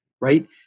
right